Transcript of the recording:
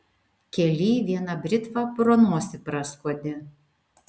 kely viena britva pro nosį praskuodė